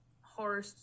horror